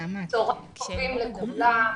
צוהריים טובים לכולם.